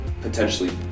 potentially